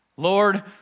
Lord